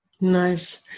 nice